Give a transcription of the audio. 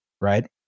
Right